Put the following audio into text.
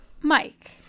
Mike